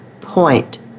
point